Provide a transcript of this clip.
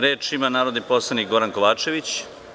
Reč ima narodni poslanik Goran Kovačević.